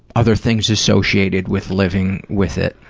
other things associated with living with it.